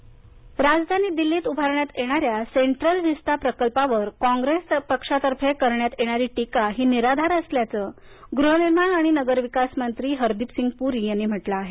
हरदीप कॉंग्रेस राजधानी दिल्लीत उभारण्यात येणाऱ्या सेन्ट्रल व्हिस्टा प्रकल्पावर कॉंग्रेस पक्षातर्फे करण्यात येणारी टीका ही निराधार असल्याचं गृहनिर्माण आणि नगर विकास मंत्री हरदीप सिंग यांनी म्हटलं आहे